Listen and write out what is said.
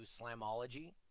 Slamology